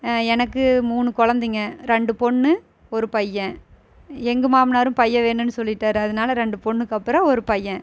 எனக்கு மூணு குழந்தைங்க ரெண்டு பொண்ணு ஒரு பையன் எங்கள் மாமனாரும் பையன் வேணுன்னு சொல்லிவிட்டாரு அதனால் ரெண்டு பொண்ணுக்கு அப்புறம் ஒரு பையன்